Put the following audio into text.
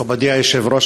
מכובדי היושב-ראש,